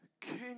King